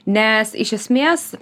nes iš esmės